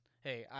Hey